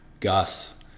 Gus